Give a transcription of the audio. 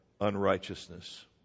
unrighteousness